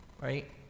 Right